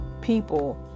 people